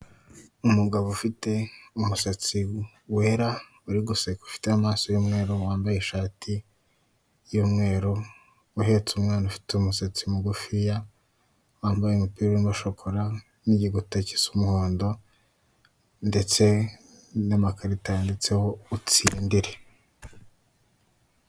Umugabo ufite umusatsi wera, uri guseka ufite amaso y'umweru wambaye ishati y'umweru, uhetse umwana ufite umusatsi mugufiya, wambaye umupira urimo shokora, n'giguta gisa umuhondo, ndetse n'makarita yanditseho utsindire.